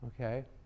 Okay